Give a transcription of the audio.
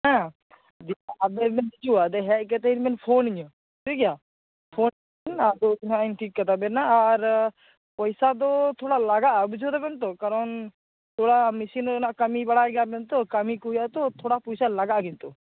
ᱦᱮᱸ ᱟᱫᱚ ᱤᱭᱟᱹ ᱦᱮᱡ ᱠᱟᱛᱮ ᱤᱧᱵᱤᱱ ᱯᱷᱳᱱ ᱟᱧᱟᱹ ᱴᱷᱤᱠ ᱜᱮᱭᱟ ᱛᱷᱚ ᱟᱫᱚᱦᱟᱸᱜ ᱴᱷᱤᱠ ᱠᱟᱛᱟᱵᱮᱱᱟ ᱟᱨ ᱯᱚᱭᱥᱟ ᱫᱚ ᱛᱷᱚᱲᱟ ᱞᱟᱜᱟᱜᱼᱟ ᱵᱩᱡᱷᱟᱹᱣ ᱫᱟᱵᱮᱱ ᱛᱚ ᱠᱟᱨᱚᱱ ᱛᱷᱚᱲᱟ ᱢᱮᱥᱤᱱ ᱨᱮᱱᱟᱜ ᱠᱟᱹᱢᱤ ᱵᱟᱲᱟᱭ ᱜᱮᱭᱟᱵᱚᱱ ᱛᱚ ᱠᱟ ᱢᱤᱠᱟᱜ ᱦᱩᱭᱩᱜᱼᱟ ᱛᱷᱚᱲᱟ ᱯᱩᱭᱥᱟ ᱞᱟᱜᱟᱜ ᱠᱤᱱᱛᱩ